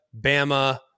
Bama